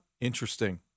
interesting